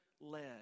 led